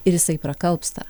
ir jisai prakalbsta